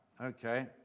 okay